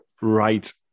right